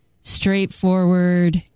straightforward